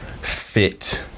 fit